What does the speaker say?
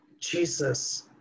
Jesus